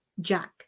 jack